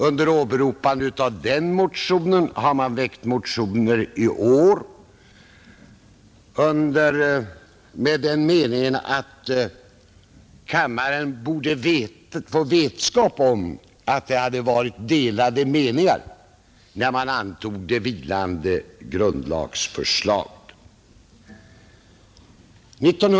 Under åberopande av den motionen har det i år väckts en motion med den meningen att kammaren borde få vetskap om att det rådde delade meningar när det vilande grundlagsförslaget antogs.